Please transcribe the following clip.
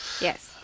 Yes